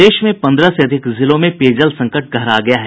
प्रदेश में पन्द्रह से अधिक जिलों में पेयजल संकट गहरा गया है